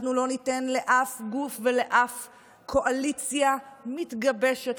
אנחנו לא ניתן לאף גוף ולאף קואליציה מתגבשת,